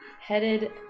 Headed